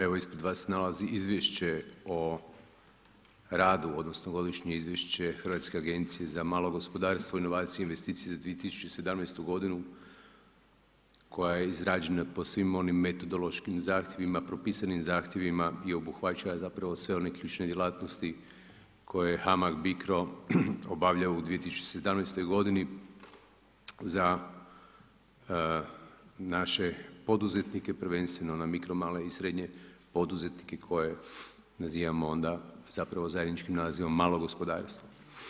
Evo ispred vas se nalazi izvješće o radu, odnosno, godišnje izvješće Hrvatske agencije za malo gospodarstvo, inovacije i investicije za 2017. g. koja je izrađena po svim onim metodološkim zahtjevima, propisanim zahtjevima i obuhvaća zapravo sve one ključne djelatnosti koje je HAMAG BICRO obavljao u 2017.g. za naše poduzetnike, prvenstveno na mikro, male i srednje poduzetnike, koje nazivamo onda zajedničkim nazivom malo gospodarstvo.